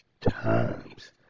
times